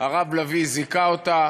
הרב לביא זיכה אותה,